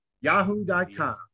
yahoo.com